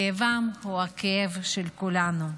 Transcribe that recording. כאבם הוא הכאב של כולנו.